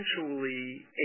essentially